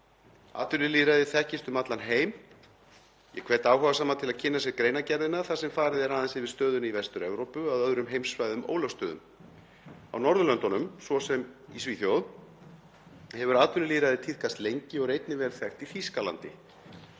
Atvinnulýðræði þekkist um allan heim. Ég hvet áhugasama til að kynna sér greinargerðina þar sem farið er aðeins yfir stöðuna í Vestur-Evrópu að öðrum heimssvæðum ólöstuðum. Á Norðurlöndunum, svo sem í Svíþjóð, hefur atvinnulýðræði tíðkast lengi og er einnig vel þekkt í Þýskalandi.